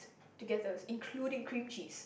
together including cream cheese